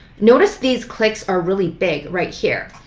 notice these clicks are really big right here.